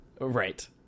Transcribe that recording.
Right